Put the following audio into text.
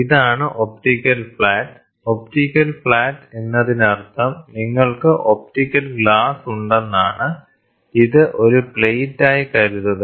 ഇതാണ് optical flat optical flat എന്നതിനർത്ഥം നിങ്ങൾക്ക് ഒപ്റ്റിക്കൽ ഗ്ലാസ് ഉണ്ടെന്നാണ് ഇത് ഒരു പ്ലേറ്റായി കരുതുക